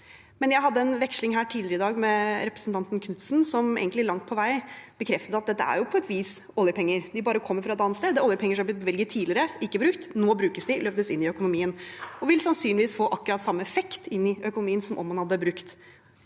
tidligere i dag med representanten Knutsen, som egentlig langt på vei bekreftet at dette på et vis er oljepenger, de bare kommer fra et annet sted. Det er oljepenger som er blitt bevilget tidligere, men ikke brukt. Nå brukes de, løftes inn i økonomien og vil sannsynligvis få akkurat samme effekt inn i økonomien som om man rett